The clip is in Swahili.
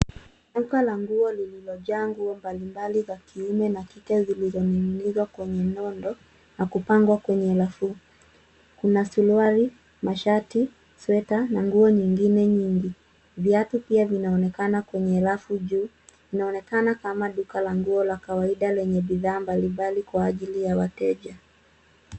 Duka la nguo lililojaa nguo mbalimbali za kiume na kike zilizoning'inizwa kwenye nondo na kupangwa kwenye rafu. Kuna suruali, mashati, sweta na nguo nyingine nyingi. Viatu pia vinaonekana kwenye rafu juu. Inaonekana kama duka la nguo la kawaida lenye bidhaa mbalimbali kwa ajili ya wateja.